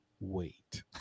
Wait